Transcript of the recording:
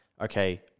okay